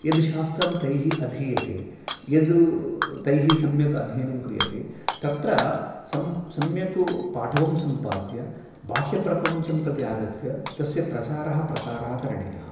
यद्शास्त्रं तैः अधीयते यद् तैः सम्यक् अध्ययनं क्रियते तत्र सम् सम्यक् पाठवं सम्पाद्य बाह्यप्रपञ्चं प्रति आगत्य तस्य प्रचारः प्रसारः करणीयः